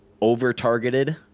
over-targeted